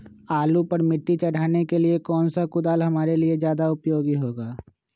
आलू पर मिट्टी चढ़ाने के लिए कौन सा कुदाल हमारे लिए ज्यादा उपयोगी होगा?